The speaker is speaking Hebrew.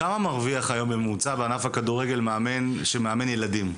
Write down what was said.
כמה מרוויח היום בממוצע בענף הכדורגל מאמן שמאמן ילדים?